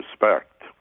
respect